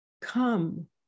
Come